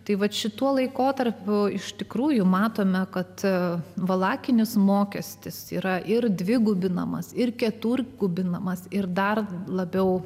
tai vat šituo laikotarpiu iš tikrųjų matome kad valakinis mokestis yra ir dvigubinamas ir keturgubinamas ir dar labiau